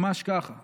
ממש ככה.